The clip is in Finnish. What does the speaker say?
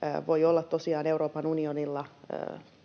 Tällainen hanke voi